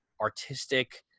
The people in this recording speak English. artistic